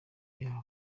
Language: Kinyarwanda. yabo